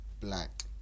Black